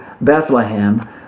Bethlehem